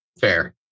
Fair